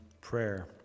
prayer